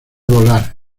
volar